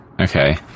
Okay